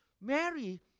Mary